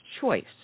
choice